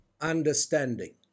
Understanding